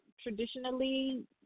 traditionally